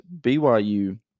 BYU